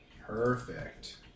Perfect